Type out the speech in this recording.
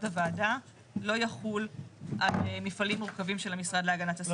הוועדה לא יחול על מפעלים מורכבים של המשרד להגנת הסביבה.